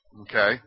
Okay